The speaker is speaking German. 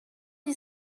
die